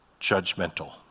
Judgmental